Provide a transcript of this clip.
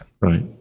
Right